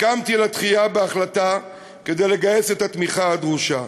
הסכמתי לדחייה בהחלטה כדי לגייס את התמיכה הדרושה.